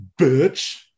bitch